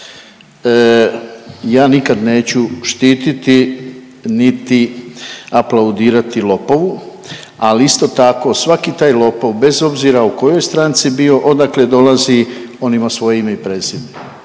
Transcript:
ja nikad neću štititi niti aplaudirati lopovu, ali isto tako svaki taj lopov bez obzira u kojoj stranci bio, odakle dolazi on ima svoje ime i prezime.